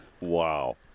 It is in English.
Wow